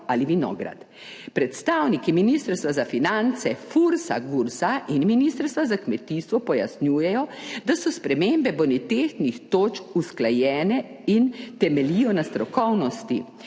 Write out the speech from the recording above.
ali vinograd. Predstavniki ministrstva za finance, FURS-a, GURS-a in Ministrstva za kmetijstvo pojasnjujejo, da so spremembe bonitetnih točk usklajene in temeljijo na strokovnosti,